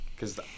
Cause